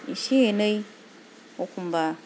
इसे एनै एखम्बा